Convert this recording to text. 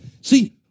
See